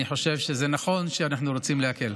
ואני חושב שזה נכון שאנחנו רוצים להקל.